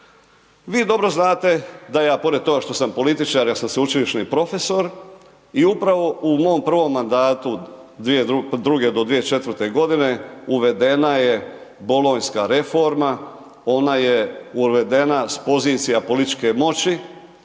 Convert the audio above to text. Vi dobro znate, da ja pored toga što sam političar, ja sam sveučilišni profesor i upravo u mom prvom mandatu 2002.-2004. uvedena je bolonjska reforma, ona je uvedena s pozicija političke moći,